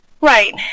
Right